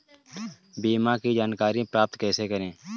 बीमा की जानकारी प्राप्त कैसे करें?